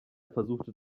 versuchte